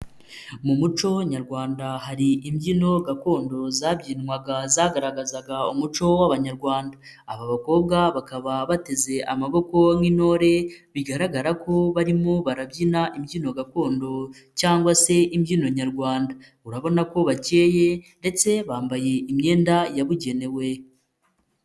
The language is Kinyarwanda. Mu muco nyarwanda hari imbyino gakondo zabyinwaga zagaragazaga umuco w'abanyarwanda, aba bakobwa bakaba bateze amaboko nk'intore bigaragara ko barimo barabyina imbyino gakondo cyangwa se imbyino nyarwanda, urabona ko bakeye ndetse bambaye imyenda yabugenewe.